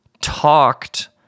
talked